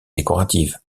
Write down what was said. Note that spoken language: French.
décorative